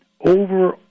Over